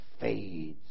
fades